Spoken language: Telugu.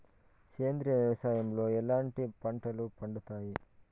సేంద్రియ వ్యవసాయం లో ఎట్లాంటి పంటలు పండుతాయి